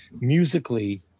musically